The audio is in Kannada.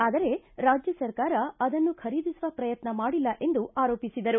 ಆದರೆ ರಾಜ್ಯ ಸರ್ಕಾರ ಅದನ್ನು ಖರೀದಿಸುವ ಪ್ರಯತ್ನ ಮಾಡಿಲ್ಲ ಎಂದು ಆರೋಪಿಸಿದರು